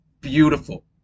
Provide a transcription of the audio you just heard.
beautiful